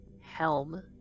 helm